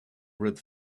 red